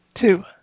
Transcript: Two